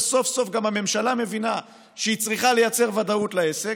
וסוף-סוף גם הממשלה מבינה שהיא צריכה לייצר ודאות לעסק.